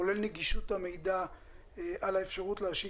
כולל נגישות המידע על האפשרות להשאיל